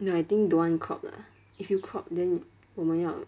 no I think don't want to crop lah if you crop then 我们要